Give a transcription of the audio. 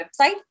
website